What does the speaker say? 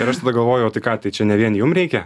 ir aš tada galvoju o tai ką tai čia ne vien jum reikia